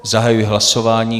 Zahajuji hlasování.